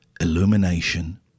illumination